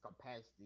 capacity